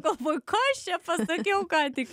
galvoju ką aš čia pasakiau ką tik